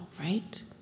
right